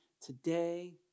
today